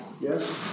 Yes